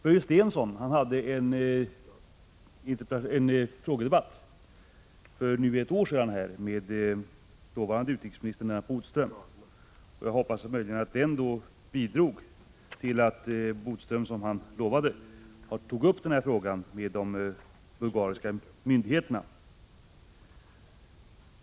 Börje Stensson hade här i kammaren en frågedebatt för nu ett år sedan med dåvarande utrikesministern Lennart Bodström. Jag hoppas att den debatten bidrog till att Lennart Bodström, som han lovade, tog upp den här frågan med de bulgariska myndigheterna.